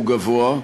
גבוהה.